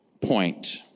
point